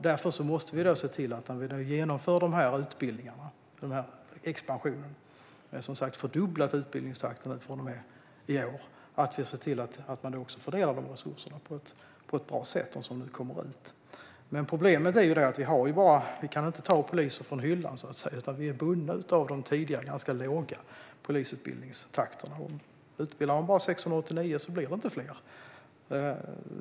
Därför måste vi se till att vi när expansionen av utbildningen nu genomförs - vi har som sagt fördubblat utbildningstakten från och med i år - också fördelar de resurser som kommer ut på ett bra sätt. Problemet är dock att vi inte kan ta poliser från hyllan, så att säga, utan är bundna av den tidigare ganska låga polisutbildningstakten. Utbildar man bara 689 poliser blir det inte fler.